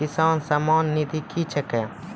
किसान सम्मान निधि क्या हैं?